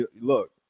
Look